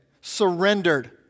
surrendered